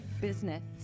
business